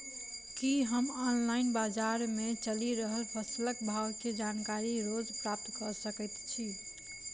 की हम ऑनलाइन, बजार मे चलि रहल फसलक भाव केँ जानकारी रोज प्राप्त कऽ सकैत छी?